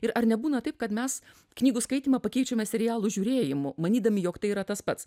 ir ar nebūna taip kad mes knygų skaitymą pakeičiame serialų žiūrėjimu manydami jog tai yra tas pats